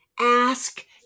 ask